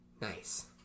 nice